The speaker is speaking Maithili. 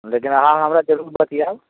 लेकिन अहाँ हमरा जरूर बतियाएब